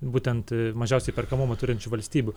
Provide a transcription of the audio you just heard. būtent mažiausią įperkamumą turinčių valstybių